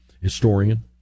historian